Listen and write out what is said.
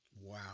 Wow